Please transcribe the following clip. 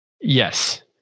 Yes